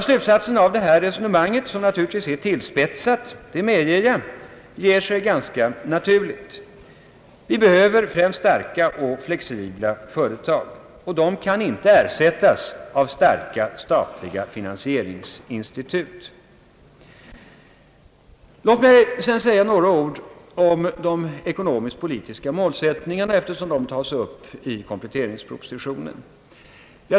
Slutsatsen av detta resonemang, som naturligtvis är tillspetsat, ger sig ganska naturligt. Vi behöver främst starka och flexibla företag. De kan inte ersättas av starka statliga finansieringsinstitut. Låt mig sedan säga några ord om de ekonomisk-politiska målsättningarna, eftersom de tas upp i kompletteringspropositionen.